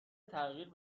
تغییر